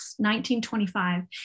1925